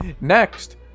Next